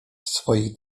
swoich